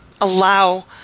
allow